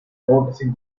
noticing